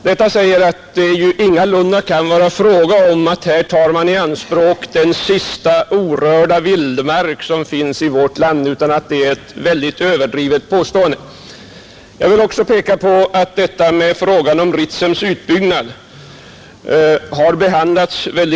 Detta säger att det ju ingalunda kan vara fråga om att här ta i anspråk den sista orörda vildmark som finns i vårt land utan att det är ett mycket överdrivet påstående. Jag vill också peka på att frågan om Ritsems utbyggnad har behandlats mycket länge.